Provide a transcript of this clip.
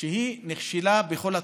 נכשלה בכל התחומים,